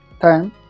time